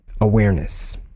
awareness